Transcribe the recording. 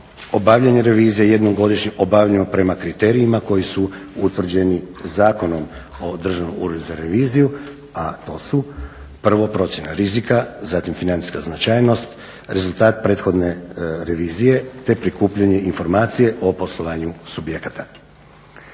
obavljanje revizije jednom godišnje obavljano prema kriterijima koji su utvrđeni Zakonom o Državnom uredu za reviziju, a to su prvo procjena rizika, zatim financijska značajnost, rezultat prethodne revizije te prikupljanje informacije o poslovanju subjekata.